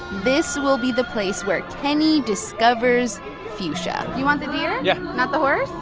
this will be the place where kenny discovers fuchsia you want the deer? yeah not the horse?